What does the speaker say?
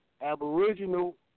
Aboriginal